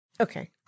Okay